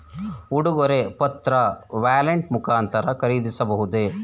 ಉಡುಗೊರೆ ಪತ್ರ ವ್ಯಾಲೆಟ್ ಮುಖಾಂತರ ಖರೀದಿಸಬಹುದೇ?